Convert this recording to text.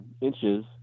inches